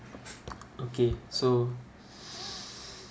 okay so